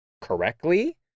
correctly